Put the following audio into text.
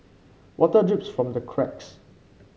water drips from the cracks